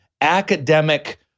academic